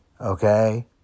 okay